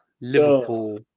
Liverpool